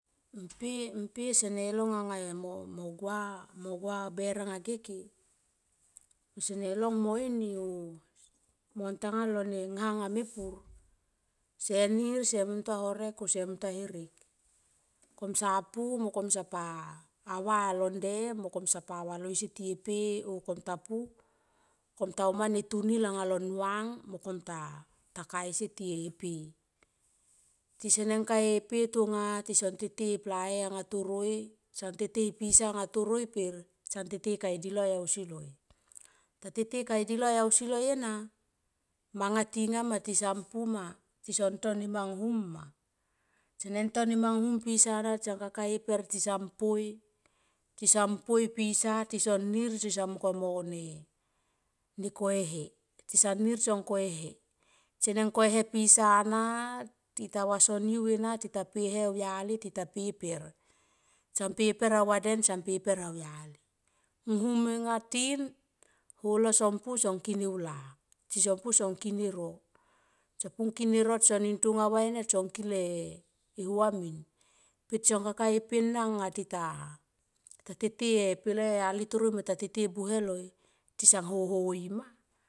Mepe mpe sene anga mo gua mo ber age ke kese ne long mo ini oh montanga horek oh ngna anga mepur se nir se muntua horek oh se muntua herek kom sa pua mo kom sapa a va londe mo kom sapa va lo asietie pe oh komtapu kom ta uma ne tunil anga lo nuang mo kom ta ka asie tie pe. Tisene ka e pe tonga tison tete e plaei anga toroi son tete pisa anga toroi per tsan tete e kai di loi ausi loi. ta tetei e kaidi loi ausi loi ena manga ti nga ma tisan pu ma tisan to nema nghum ma sene to nema nghum pisa na san kaka e eper tisan poi, tisan poi pisa tison ni tison mung kone mo ko e he tisan nir tisan ko ehe. Sene ko e he pisa na tita vaso niu ena tita poi e he au, vaden san po e per au yali. Nghum enga tin holo son kin e ula. Tisan pu tisan kin e ro tison kin ero tonga va ena son kil e hua min. Son kaka e pe na tita tete e pelei au yali loi mo ta tete e buhe loi tison hoho i mai.